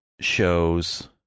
shows